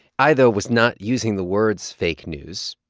i, though, was not using the words fake news.